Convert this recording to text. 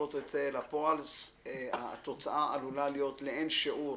לא תצא אל הפועל התוצאה עלולה להיות לאין שיעור